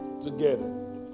together